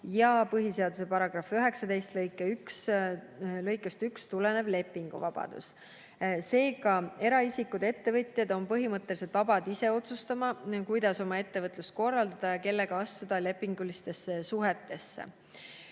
ettevõtlusvabadus ja § 19 lõikest 1 tulenev lepinguvabadus. Seega, eraisikud ja ettevõtjad on põhimõtteliselt vabad ise otsustama, kuidas oma ettevõtlust korraldada ja kellega astuda lepingulistesse suhetesse.